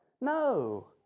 No